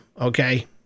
Okay